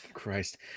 Christ